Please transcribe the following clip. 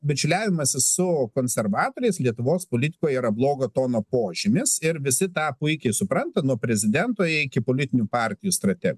bičiuliavimasis su konservatoriais lietuvos politikoje yra blogo tono požymis ir visi tą puikiai supranta nuo prezidento iki politinių partijų strategų